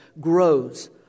grows